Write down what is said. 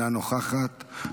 אינה נוכחת,